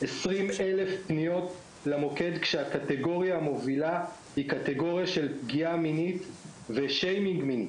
2022 כשהקטגוריה המובילה היא שיימינג מיני.